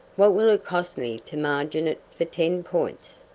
what will it cost me to margin it for ten points?